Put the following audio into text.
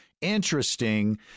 interesting